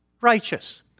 righteous